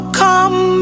come